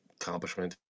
accomplishment